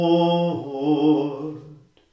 Lord